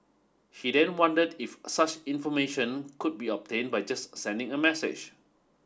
he then wondered if such information could be obtain by just sending a message